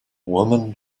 woman